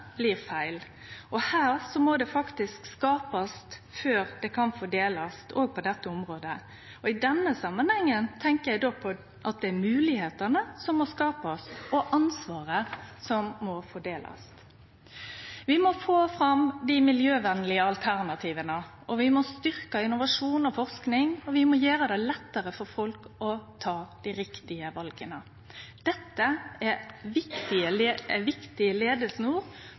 blir feil. Også på dette området må det faktisk skapast før det kan fordelast, og i denne samanhengen tenkjer eg då på at det er moglegheitene som må skapast, og ansvaret som må fordelast. Vi må få fram dei miljøvenlege alternativa, vi må styrkje innovasjon og forsking, og vi må gjere det lettare for folk å ta dei rette vala. Dette er ei viktig